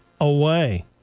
away